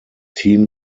team